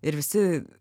ir visi